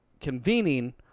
convening